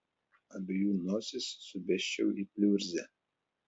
abiejų nosis subesčiau į pliurzę